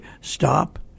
stop